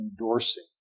endorsing